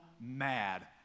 mad